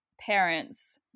parents